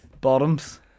bottoms